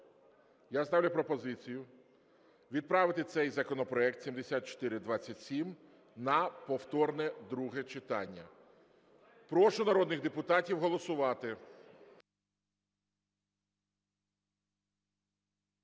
я ставлю пропозицію відправити цей законопроект 7427 на повторне друге читання. Прошу народних депутатів голосувати.